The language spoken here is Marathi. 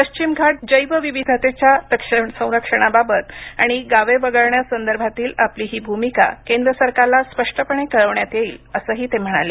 पश्चिम घाट जैवविविधतेच्या संरक्षणाबाबत आणि गावे वगळण्यासंदर्भातील आपली ही भूमिका केंद्र सरकारला स्पष्टपणे कळविण्यात येईल असंही ते म्हणाले